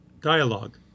dialogue